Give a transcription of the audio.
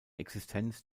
existenz